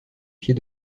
pied